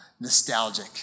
nostalgic